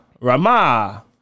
Rama